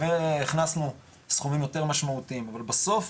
הכנסנו סכומים יותר משמעותיים אבל בסוף